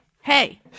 hey